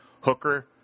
Hooker